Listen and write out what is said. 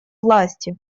власти